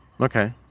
Okay